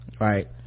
right